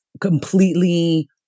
completely